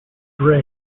grey